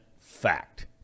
fact